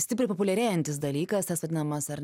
stipriai populiarėjantis dalykas tas vadinamas ar